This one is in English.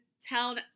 tell